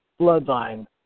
bloodline